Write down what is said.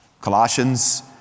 Colossians